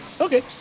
Okay